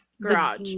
garage